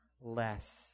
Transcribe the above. less